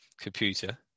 computer